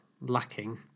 lacking